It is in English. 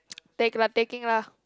take lah taking lah